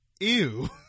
Ew